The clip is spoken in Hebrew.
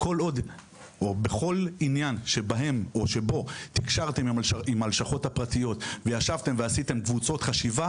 בכל עניין שבו תקשרתם עם הלשכות הפרטיות ועשיתם קבוצות חשיבה